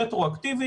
רטרואקטיבית.